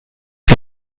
die